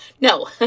No